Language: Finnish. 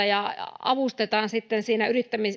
ja avustetaan sitten siinä